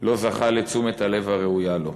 לא זכה לתשומת הלב הראויה לו.